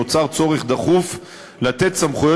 נוצר צורך דחוף לתת למשטרה סמכויות